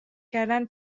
کردن